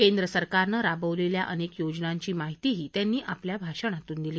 केंद्र सरकारनं राबवलेल्या अनेक योजनांची माहितीही त्यांनी आपल्या भाषणातून दिली